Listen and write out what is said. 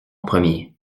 premier